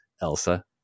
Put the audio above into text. Elsa